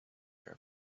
but